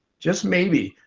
just maybe,